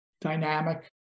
dynamic